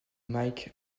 mike